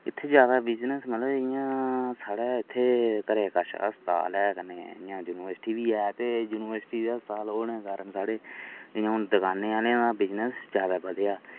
इत्थै ज्यादा बिजनेस मतलब इ'यां साढ़े इत्थै घरै दे कश अस्पताल ऐ ते इ'यां कन्नै युनिवर्सिटी बी ऐ ते युनिवर्सिटी अस्तपाल होने कारण साढ़ी इ'यां हून दकानें आह्लें दा बिजनेस ज्यादा बधेआ